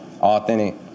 Authentic